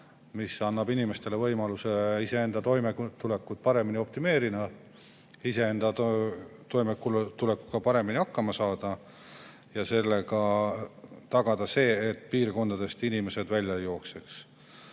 mis annaks inimestele võimaluse iseenda toimetulekut paremini optimeerida, iseenda toimetulekuga paremini hakkama saada ja sellega tagada see, et piirkondadest inimesed ära ei jookse.